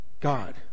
God